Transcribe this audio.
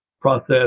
process